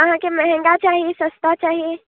अहाँकेँ महँगा चाही सस्ता चाही